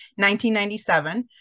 1997